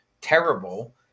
terrible